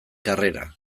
karrera